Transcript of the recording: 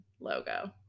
logo